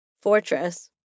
fortress